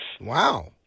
Wow